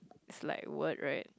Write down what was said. it's like what right